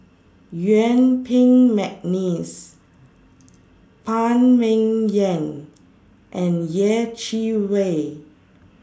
Yuen Peng Mcneice Phan Ming Yen and Yeh Chi Wei